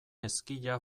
ezkila